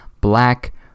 Black